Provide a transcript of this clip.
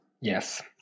Yes